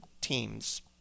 teams